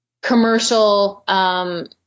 commercial